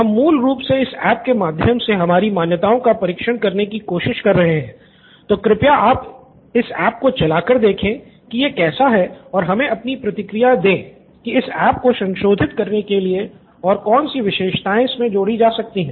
हम मूल रूप से इस ऐप के माध्यम से हमारी मान्यताओं का परीक्षण करने की कोशिश कर रहे हैं तो कृपया आप इस ऐप को चला कर देखें की यह कैसा है और हमें अपनी प्रतिक्रिया दें कि इस ऐप को संशोधित करने के लिए और कौन सी विशेषताएँ इसमे जोड़ी जा सकती है